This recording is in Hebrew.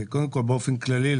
קודם כל באופן כללי,